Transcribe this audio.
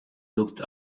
looked